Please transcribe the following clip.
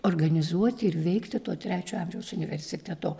organizuoti ir veikti to trečio amžiaus universiteto